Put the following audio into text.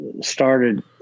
started